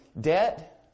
debt